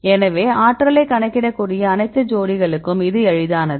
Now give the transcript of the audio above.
எனவே ஆற்றலைக் கணக்கிடக்கூடிய அனைத்து ஜோடிகளுக்கும் இது எளிதானது